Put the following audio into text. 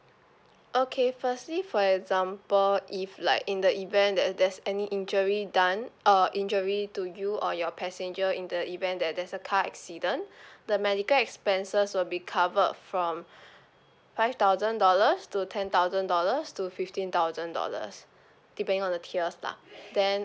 okay firstly for example if like in the event that there's any injury done uh injury to you or your passenger in the event that there's a car accident the medical expenses will be covered from five thousand dollars to ten thousand dollars to fifteen thousand dollars depending on the tiers lah then